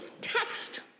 text